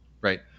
right